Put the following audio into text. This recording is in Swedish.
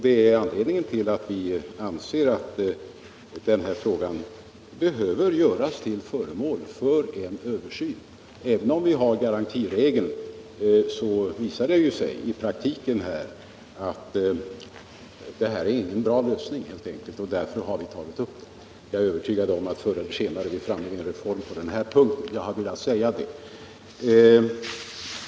Det är anledningen till att vi anser att denna fråga behöver bli föremål för en översyn. Även om garantiregeln finns, visar det sig i praktiken att den inte är någon bra lösning. Därför har vi tagit upp denna sak. Jag är övertygad om att vi förr eller senare är framme vid en reform på denna punkt.